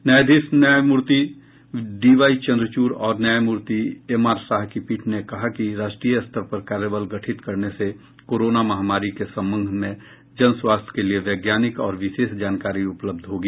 न्यायाधीश न्यायमूर्ति डीवाई चंद्रचूड और न्यायमूर्ति एम आर शाह की पीठ ने कहा कि राष्ट्रीय स्तर पर कार्यबल गठित करने से कोरोना महामारी के संबंध में जन स्वास्थ्य के लिए वैज्ञानिक और विशेष जानकारी उपलब्ध होगी